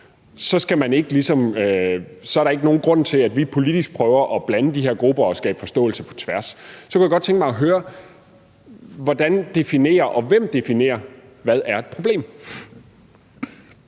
er der ikke nogen grund til, at vi politisk prøver at blande de her grupper og skabe forståelse på tværs. Så kunne jeg godt tænke mig at høre, hvordan man definerer og hvem der definerer, hvad et problem